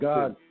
God